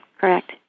Correct